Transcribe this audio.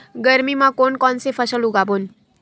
गरमी मा कोन कौन से फसल उगाबोन?